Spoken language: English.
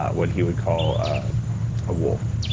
what he would call a wolf,